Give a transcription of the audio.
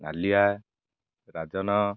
ନାଲିଆ ରାଜନ